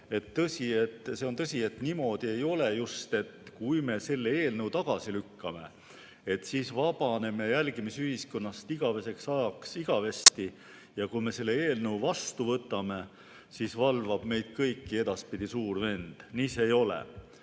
see on tõsi, et niimoodi ei ole just, et kui me selle eelnõu tagasi lükkame, siis vabaneme jälgimisühiskonnast igaveseks ajaks ja igavesti, ja kui me selle eelnõu vastu võtame, siis valvab meid kõiki edaspidi Suur Vend. Nii see ei ole,